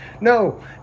no